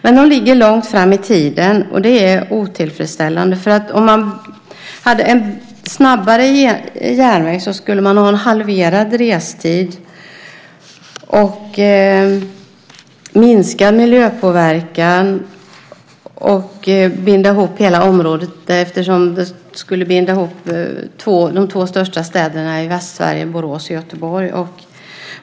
Men den ligger långt fram i tiden, och det är otillfredsställande. Om man hade en snabbare järnväg skulle man ha en halverad restid, minskad miljöpåverkan och binda ihop hela området. Det skulle binda ihop de två största städerna i Västsverige, Borås och Göteborg.